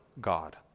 God